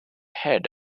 head